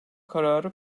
kararı